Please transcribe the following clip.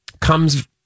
comes